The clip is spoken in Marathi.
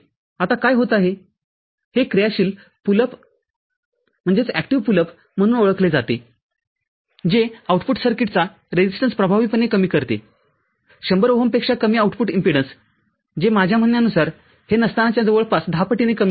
आता काय होत आहे हे क्रियाशील पुलअप म्हणून ओळखले जातेजे आऊटपुट सर्किटचा रेजिस्टन्सप्रभावीपणे कमी करते१०० ओहम पेक्षा कमी आउटपुट इम्पीडन्स जे माझ्या म्हणण्यानुसार हे नसतानाच्या जवळपास १० पटीने कमी आहे